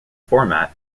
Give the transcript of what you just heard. format